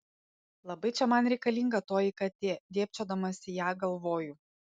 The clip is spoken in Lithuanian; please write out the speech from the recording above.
labai čia man reikalinga toji katė dėbčiodamas į ją galvoju